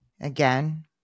Again